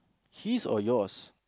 his or yours